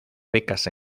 ricas